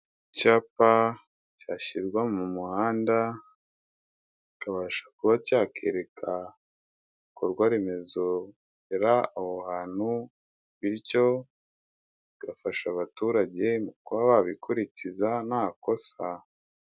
Icyapa cyashyirwa mu muhanda, kikabasha kuba cyakwereka ibikorwa remezo bibera aho hantu, bityo bigafasha abaturage kuba babikurikiza nta kosa.